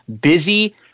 busy